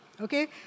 okay